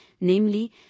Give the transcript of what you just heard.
namely